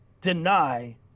deny